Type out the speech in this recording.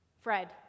Fred